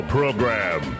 Program